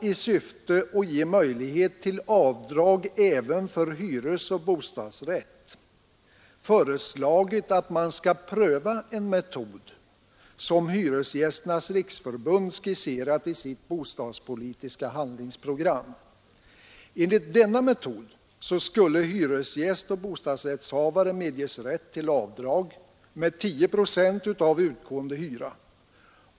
I syfte att ge möjlighet till avdrag även för hyresoch bostadsrätt har vi föreslagit att man skall pröva en metod som Hyresgästernas riksförbund skisserat i sitt bostadspolitiska handlingsprogram. Enligt denna metod skulle hyresgäst och bostadsrättshavare medges rätt till avdrag med 10 procent av utgående hyra.